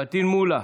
פטין מולא,